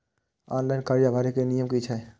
Online कर्जा भरे के नियम की छे?